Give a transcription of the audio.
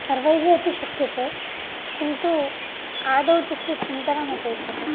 सर्वैः अपि शक्यते किन्तु आदौ तस्य चिन्तनमपेक्षते